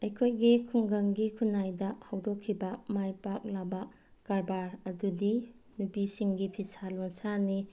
ꯑꯩꯈꯣꯏꯒꯤ ꯈꯨꯡꯒꯪꯒꯤ ꯈꯨꯟꯅꯥꯏꯗ ꯍꯧꯗꯣꯛꯈꯤꯕ ꯃꯥꯏ ꯄꯥꯛꯂꯕ ꯀꯔꯕꯥꯔ ꯑꯗꯨꯗꯤ ꯅꯨꯄꯤꯁꯤꯡꯒꯤ ꯐꯤꯁꯥ ꯂꯣꯟꯁꯥꯅꯤ